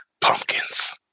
Pumpkins